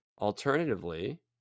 Alternatively